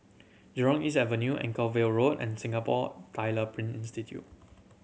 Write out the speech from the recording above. Jurong East Avenue Anchorvale Road and Singapore Tyler Print Institute